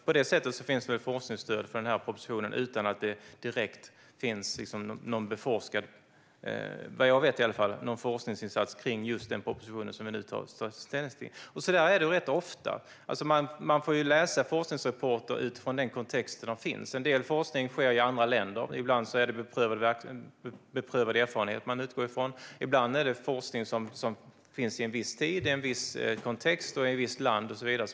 På det sättet finns det forskningsstöd för förslaget utan att det finns någon direkt forskning kring just den proposition som vi nu tar ställning till. Så är det rätt ofta. Man får läsa forskningsrapporter utifrån den kontext där de finns. En del forskning sker i andra länder. Ibland är det beprövad erfarenhet man utgår från. Ibland är det forskning som finns i en viss kontext - i en viss tid, i ett visst land och så vidare.